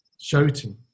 shouting